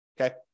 okay